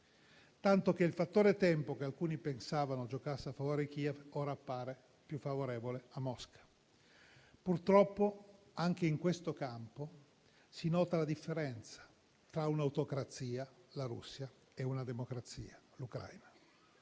tanto che il fattore tempo, che alcuni pensavano giocasse a favore di Kiev, ora appare più favorevole a Mosca. Purtroppo, anche in questo campo si nota la differenza tra un'autocrazia, la Russia, e una democrazia, l'Ucraina.